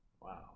wow